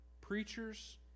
preachers